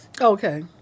Okay